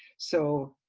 so,